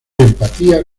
empatía